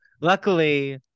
luckily